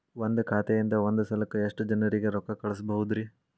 ಒಂದ್ ಖಾತೆಯಿಂದ, ಒಂದ್ ಸಲಕ್ಕ ಎಷ್ಟ ಜನರಿಗೆ ರೊಕ್ಕ ಕಳಸಬಹುದ್ರಿ?